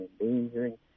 endangering